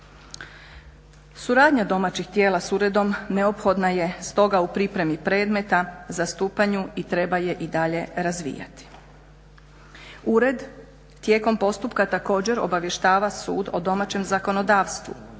Suradnja domaćih tijela s uredom neophodna je stoga u pripremi predmeta, zastupanju i treba je i dalje razvijati. Ured tijekom postupka također obavještava sud o domaćem zakonodavstvu